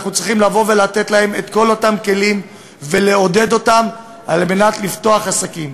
אנחנו צריכים לתת להם את כל אותם כלים ולעודד אותם לפתוח עסקים.